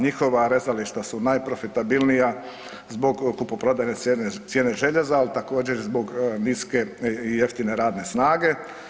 Njihova rezališta su najprofitabilnija zbog kupoprodajne cijene željeza, ali također i zbog niske i jeftine radne snage.